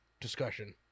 discussion